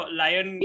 lion